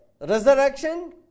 resurrection